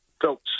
felt